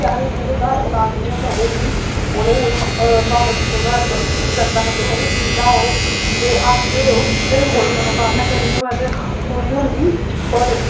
केह् आखदे जिं'दे घर औलाद निं होंदी ते उ'नें गी बावा जित्तो ग्हार बख्शीश दिंदा मतलब उ'नेंगी दिंदा ओह् ते आखदे उसदी बी कोई मनोकामना करनी होऐ ते ओह् पूरी होंदी होर